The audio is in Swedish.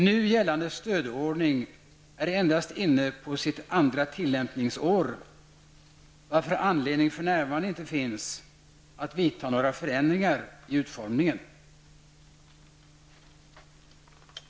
Nu gällande stödordning är endast inne på sitt andra tillämpningsår, varför anledning f.n. inte finns att vidta några förändringar i utformningen.